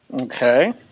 Okay